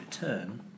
return